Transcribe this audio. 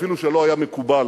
אפילו כשלא היה מקובל,